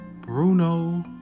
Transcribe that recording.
Bruno